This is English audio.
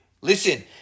Listen